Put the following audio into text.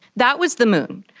that was the moon.